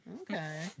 Okay